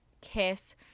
kiss